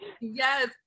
Yes